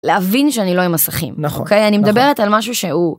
להבין שאני לא עם מסכים. נכון. אוקיי, אני מדברת על משהו שהוא...